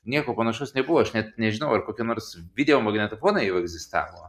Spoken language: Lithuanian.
nieko panašaus nebuvo aš net nežinau ar kokie nors videomagnetofonai jau egzistavo